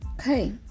okay